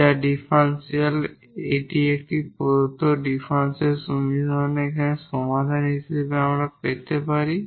যার ডিফারেনশিয়াল এটি এই প্রদত্ত ডিফারেনশিয়াল সমীকরণের এই সমাধান হিসাবে আমরা এটি পেতে পারি